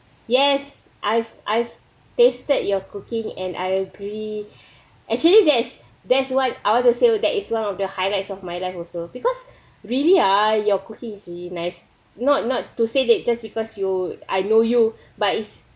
yes I've I've tasted your cooking and I agree actually there's there's one I want to say that is one of the highlights of my life also because really ah your cooking is really nice not not to say that just because you I know you but it's